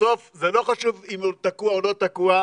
בסוף זה לא חשוב אם הוא תקוע או לא תקוע,